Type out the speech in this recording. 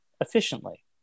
efficiently